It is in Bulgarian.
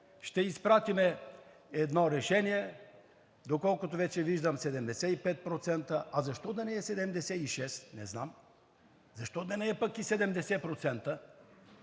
Ще изпратим едно решение, доколкото вече виждам 75%. А защо да не е 76%? Не знам. Защо да не е пък и 70%?